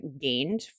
gained